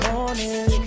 Morning